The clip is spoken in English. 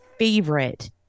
Favorite